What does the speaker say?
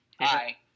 Hi